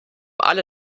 alle